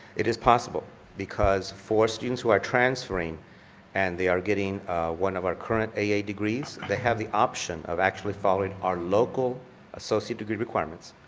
it is possible because for students who are transferring and they are getting one of our current aa degrees, they have the option of actually following our local associate degree requirements,